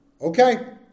okay